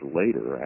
later